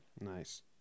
Nice